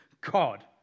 God